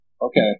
okay